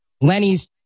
Lenny's